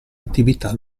attività